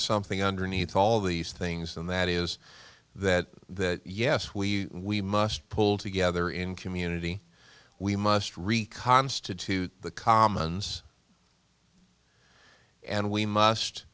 something underneath all these things and that is that yes we we must pull together in community we must reconstitute the commons and we